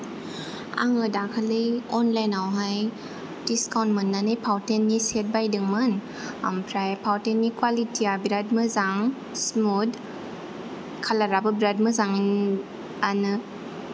आङो दाखालि अनलायनआवहाय दिसकाउन्ट मोननानै फाउतेननि सेत बायदोंमोन आमफ्राय फाउतेननि कुवालिटीया बिरात मोजां स्मुथ खालार आबो बिरात मोजां आनो